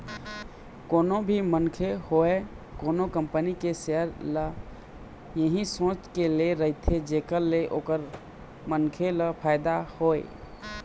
कोनो भी मनखे होवय कोनो कंपनी के सेयर ल इही सोच के ले रहिथे जेखर ले ओ मनखे ल फायदा होवय